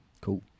Cool